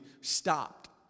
stopped